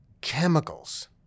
chemicals